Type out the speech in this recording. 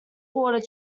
water